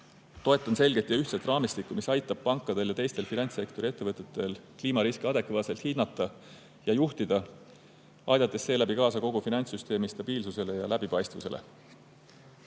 Toetan selget ja ühtset raamistikku, mis aitab pankadel ja teistel finantssektori ettevõtetel kliimariske adekvaatselt hinnata ja juhtida, aidates seeläbi kaasa kogu finantssüsteemi stabiilsusele ja läbipaistvusele.